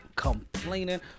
complaining